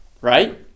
Right